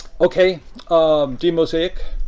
okay um demosaic.